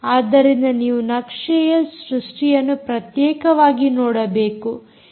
ಆದ್ದರಿಂದ ನೀವು ನಕ್ಷೆಯ ಸೃಷ್ಟಿಯನ್ನು ಪ್ರತ್ಯೇಕವಾಗಿ ನೋಡಬೇಕು